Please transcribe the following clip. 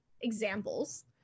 examples